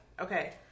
Okay